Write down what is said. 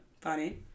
Funny